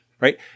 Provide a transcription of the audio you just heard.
right